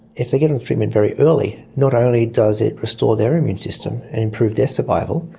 if they get into treatment very early, not only does it restore their immune system and improve their survival,